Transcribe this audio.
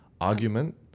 argument